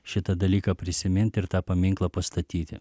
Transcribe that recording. šitą dalyką prisimint ir tą paminklą pastatyti